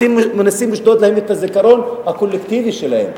אתם מנסים לשדוד להם את הזיכרון הקולקטיבי שלהם.